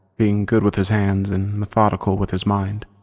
being good with his hands and methodical with his mind.